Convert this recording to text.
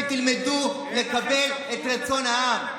שתלמדו לקבל את רצון העם.